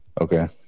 Okay